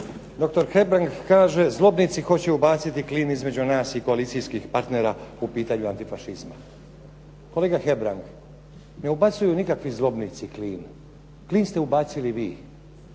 Doktor Hebrang kaže zlobnici hoće ubaciti klin između nas i koalicijskih parntera u pitanju antifašizma. Kolega Hebrang, ne ubacuju nikakvi zlobnici klin, klin ste ubacili vi,